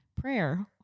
prayer